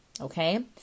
Okay